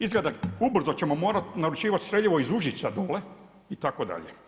Izgleda ubrzo ćemo morati naručivati streljivo iz Užica dole itd.